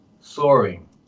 soaring